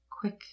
quick